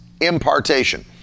impartation